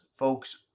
Folks